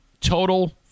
total